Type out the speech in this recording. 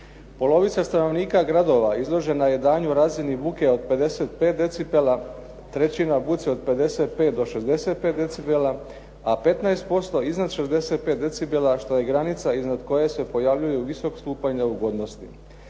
Polovica stanovnika gradova izložena je danju razini buke od 55 decibela, trećina buci od 55 do 65 decibela, a 15% iznad 65 decibela, što je granica iznad koje se pojavljuje visok stupanj neugodnosti.